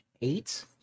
eight